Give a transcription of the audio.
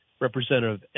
Representative